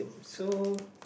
so